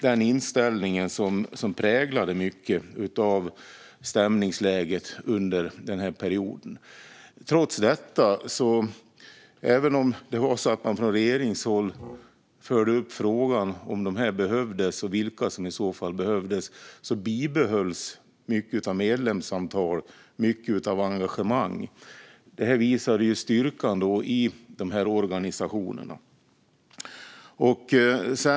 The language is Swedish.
Den inställningen präglade mycket av stämningsläget under den perioden. Trots att frågan om de behövdes fördes upp från regeringshåll och i så fall vilka som behövdes bibehölls stor del av medlemsantalet och mycket av engagemanget. Det visar på styrkan i de här organisationerna.